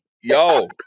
Yo